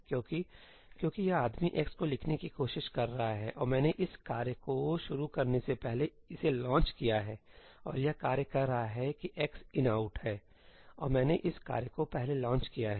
क्यों क्योंकि यह आदमी x को लिखने की कोशिश कर रहा है और मैंने इस कार्य को शुरू करने से पहले इसे लॉन्च किया हैऔर यह कार्य कह रहा है कि x inout है और मैंने इस कार्य को पहले लॉन्च किया है